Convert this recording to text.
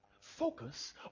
focus